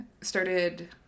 started